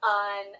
on